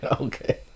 Okay